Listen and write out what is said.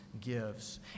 gives